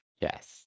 Yes